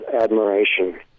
admiration